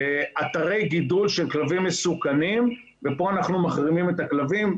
אתרי גידול של כלבים מסוכנים ופה אנחנו מחרימים את הכלבים,